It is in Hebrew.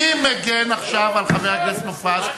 אני מגן עכשיו על חבר הכנסת מופז.